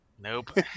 Nope